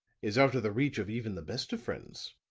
is out of the reach of even the best of friends.